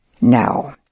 Now